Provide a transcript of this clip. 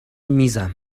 میزم